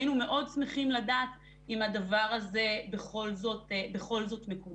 היינו מאוד שמחים לדעת אם הדבר הזה בכל זאת מקודם.